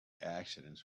accidents